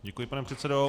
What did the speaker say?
Děkuji, pane předsedo.